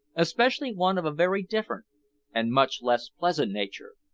especially one of a very different and much less pleasant nature,